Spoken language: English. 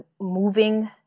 moving